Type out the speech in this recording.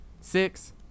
Six